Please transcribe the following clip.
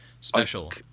special